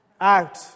out